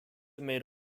made